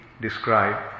describe